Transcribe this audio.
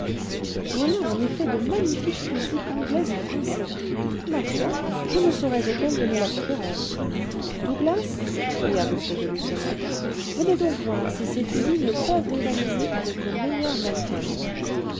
voilà en effet de magnifiques fusils anglais et français ma foi je ne saurais auxquels donner la préférence douglas cria m de lucenay venez donc voir si ces fusils ne peuvent rivaliser avec vos meilleurs manton